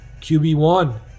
QB1